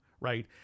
right